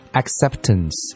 acceptance